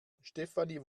stefanie